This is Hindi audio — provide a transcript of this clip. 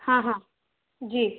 हाँ हाँ जी